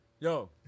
Yo